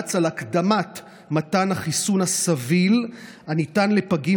והומלץ על הקדמת מתן החיסון הסביל הניתן לפגים